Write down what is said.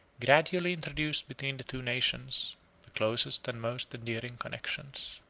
gradually introduced between the two nations the closest and most endearing connections.